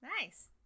nice